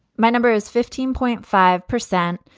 my number is fifteen point five percent.